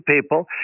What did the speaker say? people